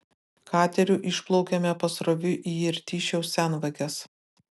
kateriu išplaukėme pasroviui į irtyšiaus senvages